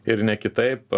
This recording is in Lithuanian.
ir ne kitaip